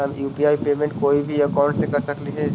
हम UPI payment कोई भी अकाउंट से कर सकली हे?